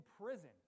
prison